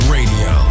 Radio